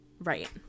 right